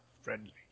Friendly